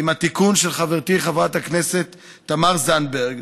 עם התיקון של חברתי חברת הכנסת תמר זנדברג,